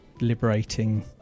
liberating